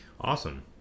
awesome